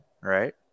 right